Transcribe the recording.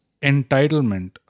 entitlement